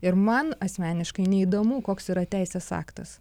ir man asmeniškai neįdomu koks yra teisės aktas